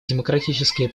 демократические